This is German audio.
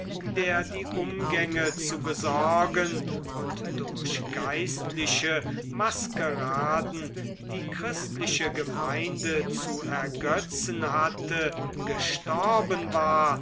der die umgänge zu besorgen und durch geistliche maskeraden die christliche gemeinde zu ergötzen hatte gestorben war